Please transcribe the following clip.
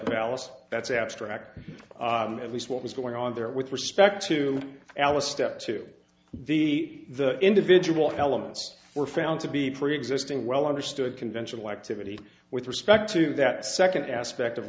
palace that's abstract at least what was going on there with respect to alice stepped to the the individual elements were found to be preexisting well understood conventional activity with respect to that second aspect of